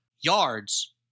yards